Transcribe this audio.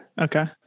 Okay